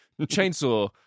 Chainsaw